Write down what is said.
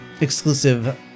exclusive